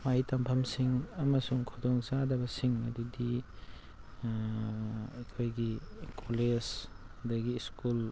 ꯃꯍꯩ ꯇꯝꯐꯝꯁꯤꯡ ꯑꯃꯁꯨꯡ ꯈꯨꯗꯣꯡ ꯆꯥꯗꯕꯁꯤꯡ ꯑꯗꯨꯗꯤ ꯑꯩꯈꯣꯏꯒꯤ ꯀꯣꯂꯦꯖ ꯑꯗꯒꯤ ꯁ꯭ꯀꯨꯜ